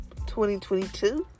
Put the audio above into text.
2022